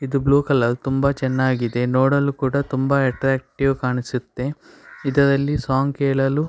ಇದು blue colour ತುಂಬ ಚೆನ್ನಾಗಿದೆ ನೋಡಲು ಕೂಡ ತುಂಬ ಎಟ್ರ್ಯಾಕ್ಟಿವ್ ಕಾಣಿಸುತ್ತೆ ಇದರಲ್ಲಿ ಸಾಂಗ್ ಕೇಳಲು